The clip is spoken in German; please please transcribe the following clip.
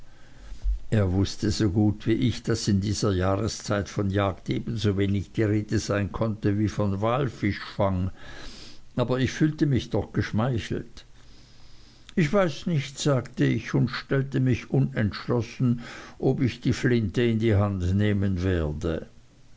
er wußte so gut wie ich daß in dieser jahreszeit von jagd ebensowenig die rede sein konnte wie von walfischfang aber ich fühlte mich doch geschmeichelt ich weiß nicht sagte ich und stellte mich unentschlossen ob ich die flinte zur hand nehmen werde